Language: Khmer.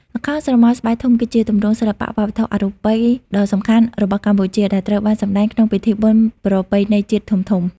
ល្ខោនស្រមោលស្បែកធំ គឺជាទម្រង់សិល្បៈវប្បធម៌អរូបីដ៏សំខាន់របស់កម្ពុជា ដែលត្រូវបានសម្តែងក្នុងពិធីបុណ្យប្រពៃណីជាតិធំៗ។